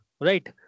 right